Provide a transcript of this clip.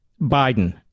Biden